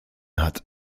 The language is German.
hat